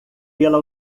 pela